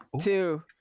two